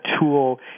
tool